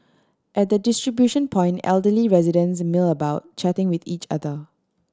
at the distribution point elderly residents mill about chatting with each other